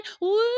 woo